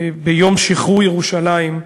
ביום שחרור ירושלים,